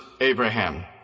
Abraham